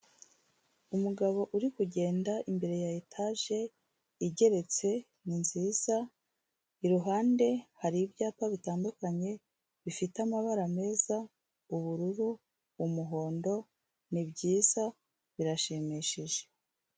Umugabo uri kugenda imbere ya etage, igeretse ni nziza, iruhande hari ibyapa bitandukanye, bifite amabara meza, ubururu, umuhondo nibyiza birashimishije.